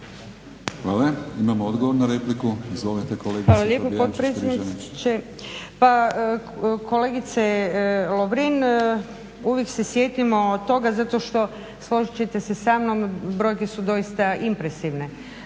Hvala lijepo potpredsjedniče. Pa kolegice Lovrin, uvijek se sjetimo toga zato što složit ćete se sa mnom brojke su doista impresivne